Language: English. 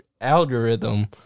algorithm